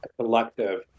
collective